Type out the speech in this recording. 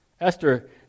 Esther